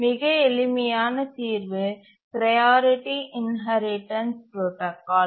மிக எளிமையான தீர்வு ப்ரையாரிட்டி இன்ஹெரிடன்ஸ் புரோடாகால்